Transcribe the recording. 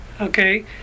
okay